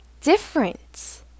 different